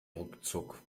ruckzuck